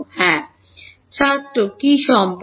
হ্যাঁ ছাত্র কি সম্পর্কে